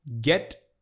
get